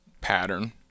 pattern